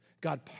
God